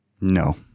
No